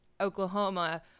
Oklahoma